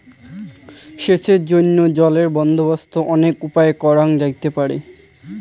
সেচের জইন্যে জলের বন্দোবস্ত অনেক উপায়ে করাং যাইপারে